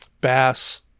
bass